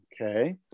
Okay